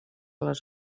les